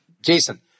Jason